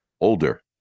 older